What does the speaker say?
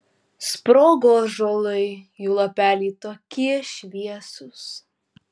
sprogo ąžuolai jų lapeliai tokie šviesūs